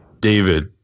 David